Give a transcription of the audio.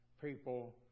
people